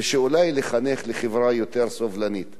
ואולי לחנך לחברה יותר סובלנית.